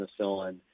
penicillin